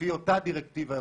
לפי אותה דירקטיבה אירופאית,